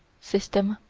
system,